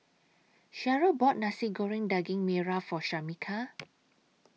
Sherryl bought Nasi Goreng Daging Merah For Shameka